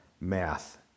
math